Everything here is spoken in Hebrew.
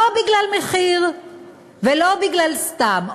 לא בגלל מחיר ולא בגלל סתם,